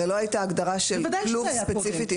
הרי לא הייתה הגדרה של כלוב ספציפית.